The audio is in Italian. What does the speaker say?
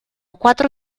quattro